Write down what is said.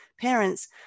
parents